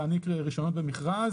אפשרות להעניק רישיונות במכרז.